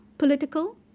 political